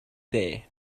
there